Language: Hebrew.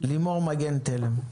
לימור מגן תלם.